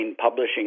publishing